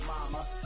mama